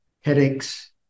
headaches